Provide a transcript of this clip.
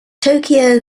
tokyo